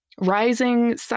rising